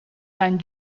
zijn